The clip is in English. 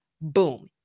Boom